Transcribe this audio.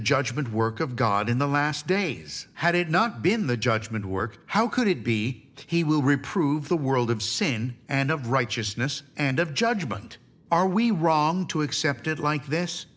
judgment work of god in the last days had it not been the judgment work how could it be he will reprove the world of sin and of righteousness and of judgment are we wrong to accept it like this